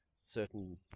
certain